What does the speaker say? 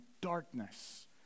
darkness